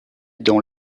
dans